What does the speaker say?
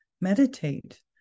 meditate